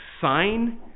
sign